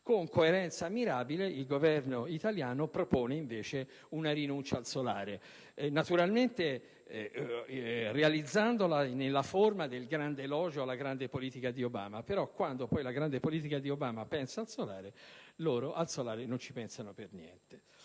Con coerenza ammirabile, il Governo italiano propone invece una rinuncia al solare, naturalmente realizzandola nella forma del grande elogio alla grande politica di Obama; però quando poi la grande politica di Obama pensa al solare loro al solare non pensano per niente.